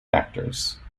factors